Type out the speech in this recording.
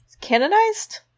canonized